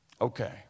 Okay